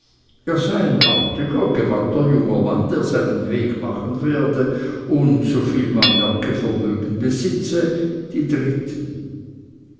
er sei ein artiger gewandter junger mann der seinen weg machen werde und so viel man merke vermögen besitze die dritten